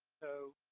so,